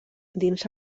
dins